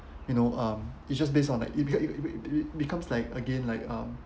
you know um it's just based on like if you you you you it becomes like again like um